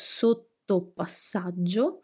sottopassaggio